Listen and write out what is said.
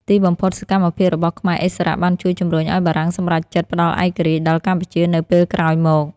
ទីបំផុត សកម្មភាពរបស់ខ្មែរឥស្សរៈបានជួយជំរុញឱ្យបារាំងសម្រេចចិត្តផ្តល់ឯករាជ្យដល់កម្ពុជានៅពេលក្រោយមក។